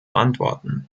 antworten